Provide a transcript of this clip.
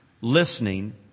listening